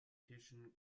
tischen